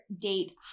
date